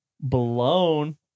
blown